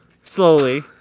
slowly